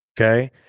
Okay